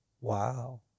Wow